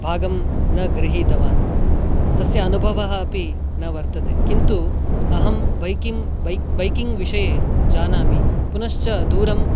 भागं न गृहीतवान् तस्य अनुभवः अपि न वर्तते किन्तु अहं बैकिङ्ग् बैक् बैकिङ्ग् विषये जानामि पुनश्च दूरं